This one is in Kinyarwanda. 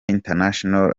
international